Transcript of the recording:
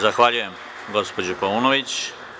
Zahvaljujem, gospođo Paunović.